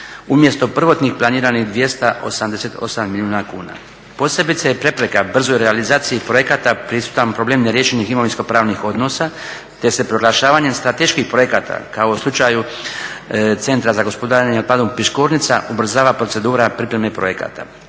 umjesto prvotnih planiranih 288 milijuna kuna. Posebice je prepreka brzoj realizaciji projekata prisutan problem neriješenih imovinsko-pravnih odnosa te se proglašavanjem strateških projekata kao u slučaju centra za gospodarenje otpadom Piškornica ubrzava procedura pripreme projekata.